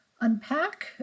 unpack